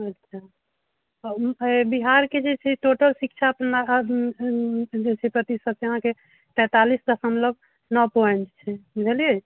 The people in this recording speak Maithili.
अच्छा अऽ ए बिहार कऽ जे छै टोटल शिक्षा अपना जे छै प्रतिशत अहाँके तेतालीस दसमलव नओ पॉइन्ट छै बुझलियै